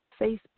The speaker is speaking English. Facebook